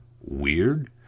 weird